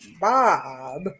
Bob